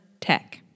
tech